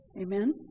Amen